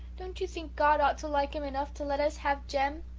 don't you think god ought to like him enough to let us have jem?